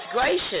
gracious